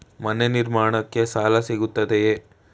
ಮನೆ ನಿರ್ಮಾಣಕ್ಕೆ ಸಾಲ ಸಿಗುತ್ತದೆಯೇ?